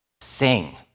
Sing